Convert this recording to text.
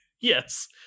Yes